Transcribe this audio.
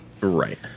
Right